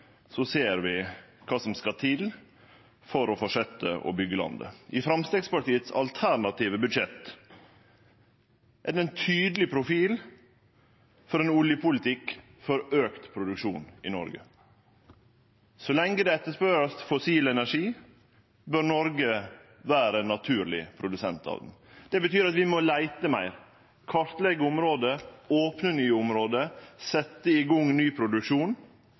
ser vi kva som skal til for å fortsetje å byggje landet. I Framstegspartiets alternative budsjett er det ein tydeleg profil for ein oljepolitikk for auka produksjon i Noreg. Så lenge det er etterspurnad etter fossil energi, bør Noreg vere ein naturleg produsent. Det betyr at vi må leite meir, kartleggje område, opne nye område, setje i gang ny produksjon.